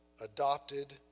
adopted